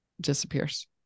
disappears